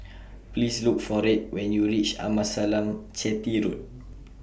Please Look For Red when YOU REACH Amasalam Chetty Road